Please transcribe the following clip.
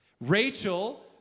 Rachel